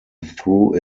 through